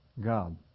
God